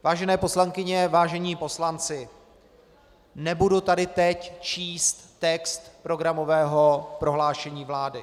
Vážené poslankyně, vážení poslanci, nebudu tady teď číst text programového prohlášení vlády.